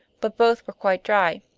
but both were quite dry.